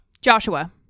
Joshua